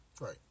Right